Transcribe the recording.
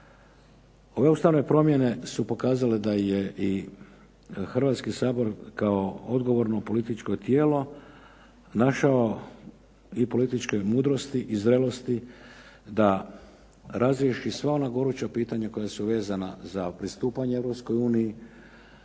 Ove ustavne promjene su pokazale da je i Hrvatski sabor kao odgovorno političko tijelo našao i političke mudrosti i zrelosti da razriješi sva ona goruća pitanja koja su vezana za pristupanje